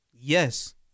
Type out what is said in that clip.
Yes